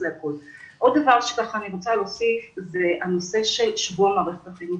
עוד דבר שאני רוצה להוסיף זה הנושא של שבוע מערכת החינוך.